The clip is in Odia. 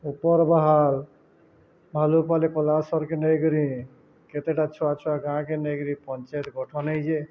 ଉପର ବାହାର ନେଇକିରି କେତେଟା ଛୁଆ ଛୁଆ ଗାଁକେ ନେଇକିରି ପଞ୍ଚାୟତ ଗଠନ ହୋଇଛେ